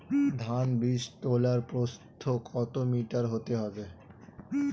ধান বীজতলার প্রস্থ কত মিটার হতে হবে?